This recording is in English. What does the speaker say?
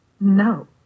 No